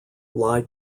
lie